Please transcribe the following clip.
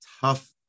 tough